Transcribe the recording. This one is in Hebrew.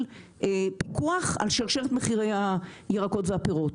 פיקוח על שרשרת מחירי הירקות והפירות,